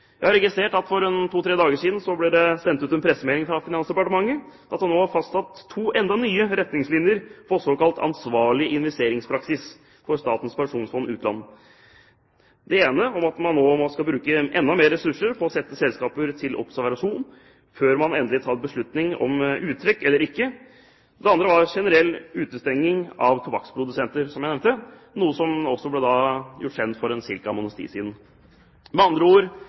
Jeg har registrert at det for to-tre dager siden ble sendt ut en pressemelding fra Finansdepartementet om at det nå var fastsatt enda to nye retningslinjer for såkalt ansvarlig investeringspraksis for Statens pensjonsfond – Utland. Den ene var om at man nå skal bruke enda mer ressurser på å sette selskaper til observasjon før man tar endelig beslutning om uttrekk eller ikke. Den andre var en generell utestengning av tobakksprodusenter, noe som ble gjort kjent for en måneds tid siden. Med andre ord